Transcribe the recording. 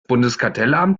bundeskartellamt